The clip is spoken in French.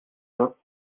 bazin